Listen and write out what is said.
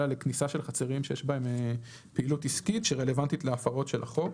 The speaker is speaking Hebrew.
אלא לכניסה של חצרות שיש בהן פעילות עסקית שרלוונטית להפרות של החוק.